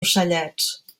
ocellets